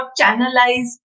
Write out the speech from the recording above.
channelize